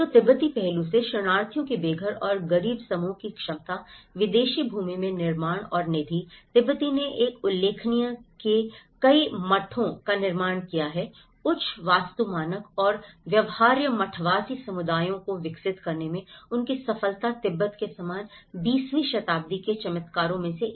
तो तिब्बती पहलू से शरणार्थियों के बेघर और गरीब समूहों की क्षमता विदेशी भूमि में निर्माण और निधि तिब्बती ने एक उल्लेखनीय के कई मठों का निर्माण किया है उच्च वास्तु मानक और व्यवहार्य मठवासी समुदायों को विकसित करने में उनकी सफलता तिब्बत के समान 20 वीं शताब्दी के चमत्कारों में से एक